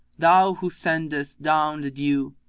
thou who sendest down the dew,